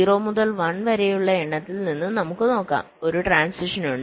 0 മുതൽ 1 വരെയുള്ള എണ്ണത്തിൽ നിന്ന് നമുക്ക് നോക്കാം ഒരു ട്രാന്സിഷനുണ്ട്